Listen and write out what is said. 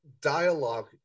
dialogue